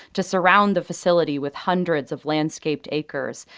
to surround the facility with hundreds of landscaped acres,